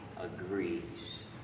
agrees